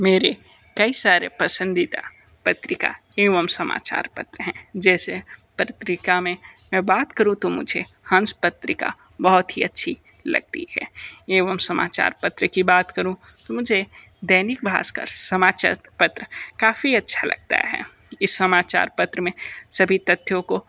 मेरी कई सारे पसंदीदा पत्रिका एवं समाचार पत्र हैं जैसे पत्रिका में मैं बात करूँ तो मुझे हंस पत्रिका बहुत ही अच्छी लगती है एवं समाचार पत्र की बात करूँ तो मुझे दैनिक भास्कर समाचार पत्र काफ़ी अच्छा लगता है इस समाचार पत्र में सभी तत्थयों को